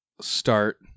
start